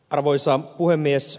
arvoisa puhemies